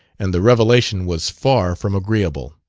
and the revelation was far from agreeable.